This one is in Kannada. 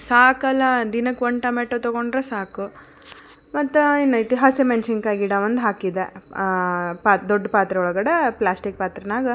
ಸಾಕಲ್ಲ ದಿನಕ್ಕೆ ಒಂದು ಟಮೆಟೊ ತೊಗೊಂಡ್ರೆ ಸಾಕು ಮತ್ತು ಏನೈತೆ ಹಸಿಮೆಣ್ಸಿನ್ಕಾಯಿ ಗಿಡ ಒಂದು ಹಾಕಿದ್ದೆ ಪಾ ದೊಡ್ಡ ಪಾತ್ರೆ ಒಳಗಡೆ ಪ್ಲಾಸ್ಟಿಕ್ ಪಾತ್ರೆನಾಗ